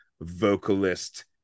vocalist